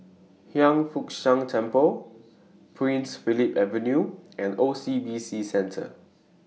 Hiang Foo Siang Temple Prince Philip Avenue and O C B C Centre